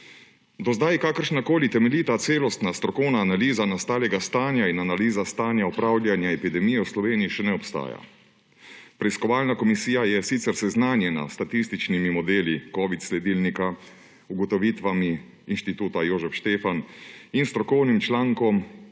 Do zdaj kakršnakoli temeljita celostna strokovna analiza nastalega stanja in analiza stanja upravljanja epidemije v Sloveniji še ne obstaja. Preiskovalna komisija je sicer seznanjena s statističnimi modeli COVID-19 sledilnika, ugotovitvami Inštituta Jožef Stefan in strokovnim člankom